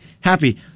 happy